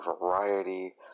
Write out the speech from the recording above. variety